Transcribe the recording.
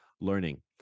learning